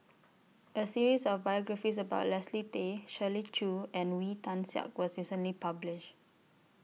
A series of biographies about Leslie Tay Shirley Chew and Wee Tian Siak was recently published